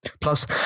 plus